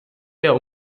der